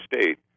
state